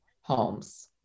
homes